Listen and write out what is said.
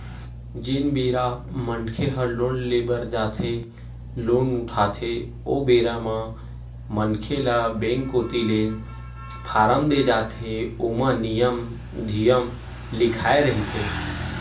जेन बेरा मनखे ह लोन ले बर जाथे लोन उठाथे ओ बेरा म मनखे ल बेंक कोती ले फारम देय जाथे ओमा नियम धियम लिखाए रहिथे